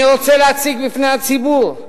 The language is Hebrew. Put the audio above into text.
אני רוצה להציג בפני הציבור,